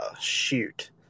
shoot